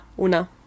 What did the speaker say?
una